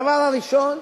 הדבר הראשון,